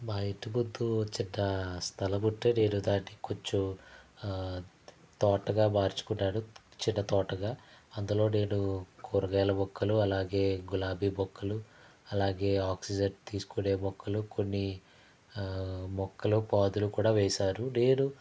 మా ఇంటిముందు చిన్న స్థలం ఉంటే నేను దాన్ని కొంచెం తోటగా మార్చుకున్నాను చిన్న తోటగా అందులో నేను కూరగాయల మొక్కలు అలాగే గులాబీ మొక్కలు అలాగే ఆక్సిజన్ తీసుకోనే మొక్కలు కొన్ని మొక్కలు పాదులు కూడా వేశాను నేను